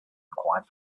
acquired